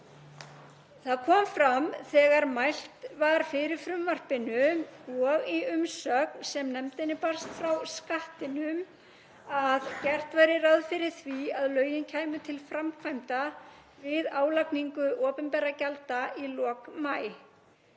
Það kom fram þegar mælt var fyrir frumvarpinu og í umsögn sem nefndinni barst frá Skattinum að gert væri ráð fyrir því að lögin kæmu til framkvæmda við álagningu opinberra gjalda í lok maí.